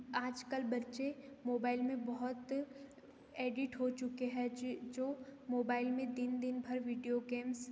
आजकल बच्चे मोबाइल में बहुत एडिट हो चुके हैं जो मोबाइल में दिन दिन भर वीडियो गेम्स